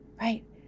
Right